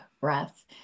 breath